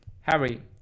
Harry